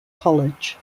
college